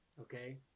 okay